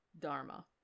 dharma